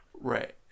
right